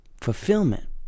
fulfillment